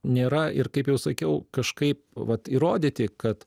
nėra ir kaip jau sakiau kažkaip vat įrodyti kad